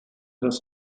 das